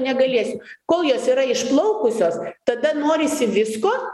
negalėsiu kol jos yra išplaukusios tada norisi visko